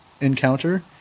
encounter